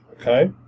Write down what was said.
okay